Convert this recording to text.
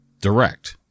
direct